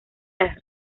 las